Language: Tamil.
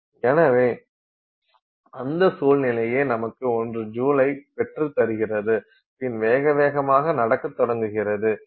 எனவே அந்த சூழ்நிலையே நமக்கு 1 ஜூலை பெற்று தருகிறது பின் வேக வேகமாக நடக்கத் தொடங்குகிறது